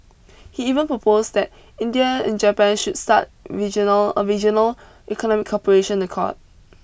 he even proposed that India and Japan should start regional a regional economic cooperation accord